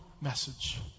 message